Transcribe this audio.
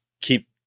keep